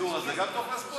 הסידור הזה תופס גם